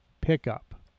pickup